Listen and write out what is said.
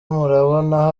murabona